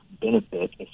benefit